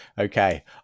Okay